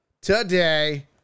today